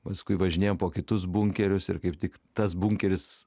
paskui važinėjoe po kitus bunkerius ir kaip tik tas bunkeris